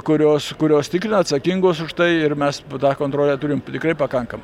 kurios kurios tikrina atsakingos už tai ir mes tą kontrolę turim tikrai pakankamą